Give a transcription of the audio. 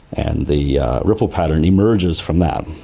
and the ripple pattern emerges from that.